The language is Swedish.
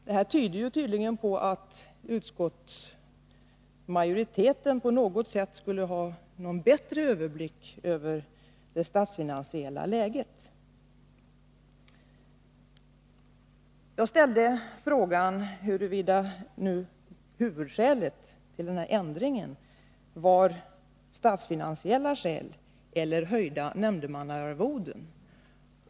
Det innebär tydligen att utskottsmajoriteten på något sätt skulle ha en bättre överblick över det statsfinansiella läget. Jag ställde frågan huruvida det avgörande motivet för förslaget att minska antalet nämndemän var statsfinansiella skäl eller möjlighet att höja nämndemannaarvodet.